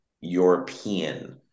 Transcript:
European